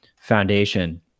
foundation